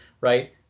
right